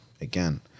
again